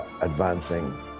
advancing